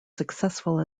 successful